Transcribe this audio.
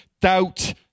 doubt